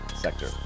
sector